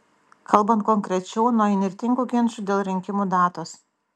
kalbant konkrečiau nuo įnirtingų ginčų dėl rinkimų datos